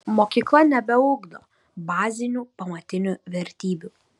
mokykla nebeugdo bazinių pamatinių vertybių